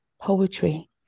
Poetry